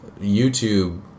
youtube